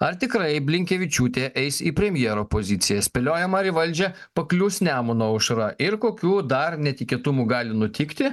ar tikrai blinkevičiūtė eis į premjero poziciją spėliojama ar į valdžią paklius nemuno aušra ir kokių dar netikėtumų gali nutikti